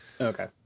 Okay